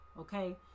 Okay